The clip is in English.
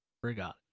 forgot